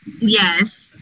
Yes